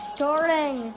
Starting